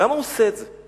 למה הוא עושה את זה?